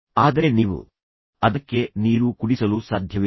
ಆದರೆ ನೀವು ಅದಕ್ಕೆ ನೀರು ಕುಡಿಸಲು ಸಾಧ್ಯವಿಲ್ಲ